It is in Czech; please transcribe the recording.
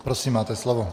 Prosím, máte slovo.